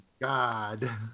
God